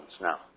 now